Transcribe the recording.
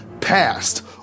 past